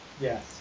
Yes